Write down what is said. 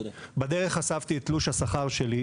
בדרך אספתי את תלוש השכר שלי,